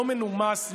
לא מנומס,